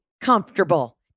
comfortable